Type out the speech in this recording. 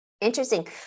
Interesting